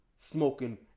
smoking